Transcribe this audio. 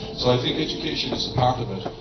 so i think education is a part of it.